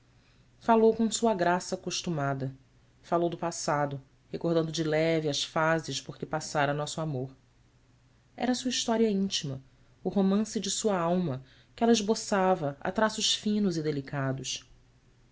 falou com sua graça costumada falou do passado recordando de leve as fases por que passara nosso amor era sua história íntima o romance de sua alma que ela esboçava a traços finos e delicados